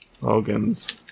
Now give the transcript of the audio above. Logan's